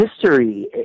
history